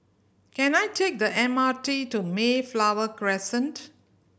can I take the M R T to Mayflower Crescent